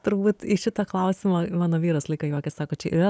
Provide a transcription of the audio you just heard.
turbūt į šitą klausimą mano vyras visą laiką juokias sako čia yra